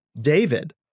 David